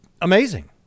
amazing